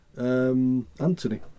Anthony